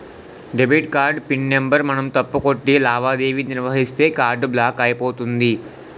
debit card PIN number మనం తప్పు కొట్టి లావాదేవీ నిర్వహిస్తే కార్డు బ్లాక్ అయిపోతుంది